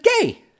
gay